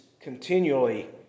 continually